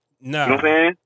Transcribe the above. No